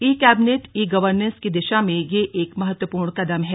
ई cabinet e governance की दिशा में यह एक महत्वपूर्ण कदम है